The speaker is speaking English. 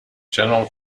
general